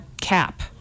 cap